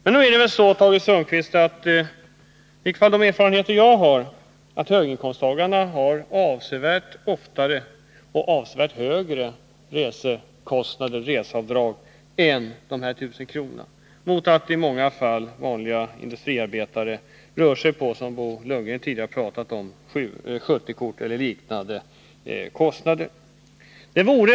Men höginkomsttagaren har ju — det är i vart fall min erfarenhet — avsevärt högre reseavdrag än 1000 kr. Den vanlige industriarbetaren har däremot, som Bo Lundgren tidigare pratade om, bara kostnader för 70-kort eller liknande.